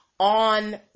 on